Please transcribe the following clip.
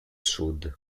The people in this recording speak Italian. sud